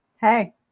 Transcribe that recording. Hey